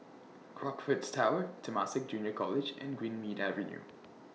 Crockfords Tower Temasek Junior College and Greenmead Avenue